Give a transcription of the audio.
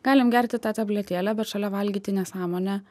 galim gerti tą tabletėlę bet šalia valgyti nesąmonę